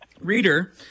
Reader